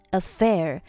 affair